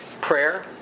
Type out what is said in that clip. prayer